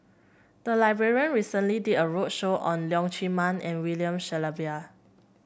the library recently did a roadshow on Leong Chee Mun and William Shellabear